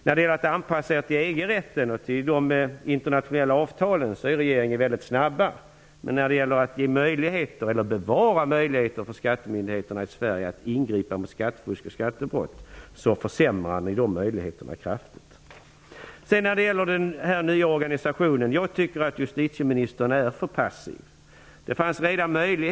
När det gäller anpassningen till EG-rätten och de internationella avtalen är regeringen väldigt snabb. Men när det gäller att ge möjlighet, eller att bevara möjligheten, för skattemyndigheterna i Sverige att angripa mot skattefusk och skattebrott gör ni kraftiga försämringar. Jag tycker att justitieministern är för passiv när det gäller den nya organisationen.